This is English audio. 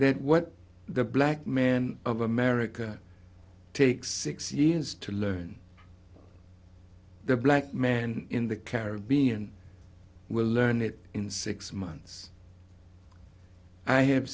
that what the black man of america takes six years to learn the black man in the caribbean will learn it in six months i have